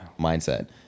Mindset